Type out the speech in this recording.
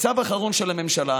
בצו האחרון של הממשלה,